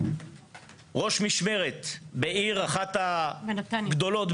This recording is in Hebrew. ראש משמרת באחת הערים הגדולות,